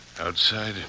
Outside